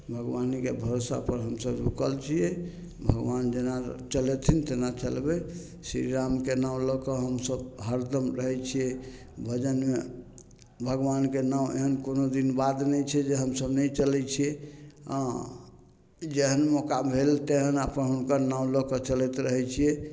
भगवानके भरोसापर हमसब रूकल छियै भगवान जेना चलेथिन तेना चलबय श्रीराम के नाम लअके हमसब हरदम रहय छियै भजनमे भगवानके नाम अहाँ कोनो दिन बात नहि छै जे हमसब नहि चलय छियै हँ जेहन मौका भेल तेहन अपन हुनकर नाम लऽ के चलैत रहय छियै